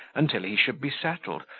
until he should be settled,